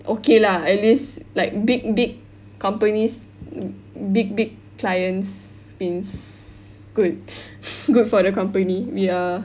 okay lah at least like big big companies big big clients means good good for the company we are